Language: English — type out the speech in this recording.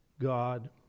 God